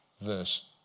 verse